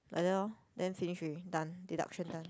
like that lor then finish already done deduction done